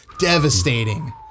Devastating